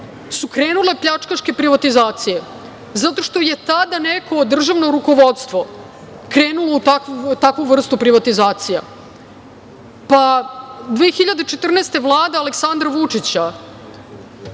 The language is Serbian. su krenule pljačkaške privatizacije zato što je tada neko državno rukovodstvo krenulo u takvu vrstu privatizacija. Godine 2014. Vlada Aleksandra Vučića,